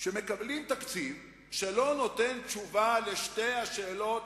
שמקבלים תקציב שלא נותן תשובה על שתי השאלות